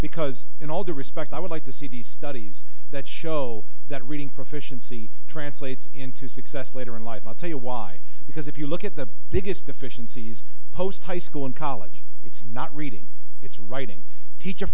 because in all due respect i would like to see the studies that show that reading proficiency translates into success later in life i'll tell you why because if you look at the biggest deficiencies post high school in college it's not reading it's writing teach